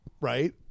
Right